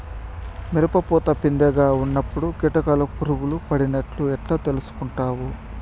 మిరప పూత పిందె గా ఉన్నప్పుడు కీటకాలు పులుగులు పడినట్లు ఎట్లా తెలుసుకుంటావు?